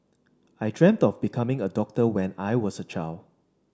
I dreamt of becoming a doctor when I was a child